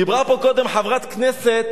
דיברה פה קודם חברת כנסת